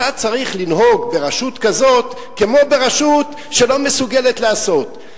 אתה צריך לנהוג ברשות כזאת כמו ברשות שלא מסוגלת לעשות.